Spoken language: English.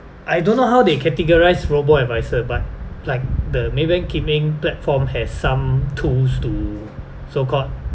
I don't know how they categorise robo-advisor but like the maybank kim eng platform has some tools to so called